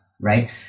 right